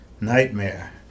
nightmare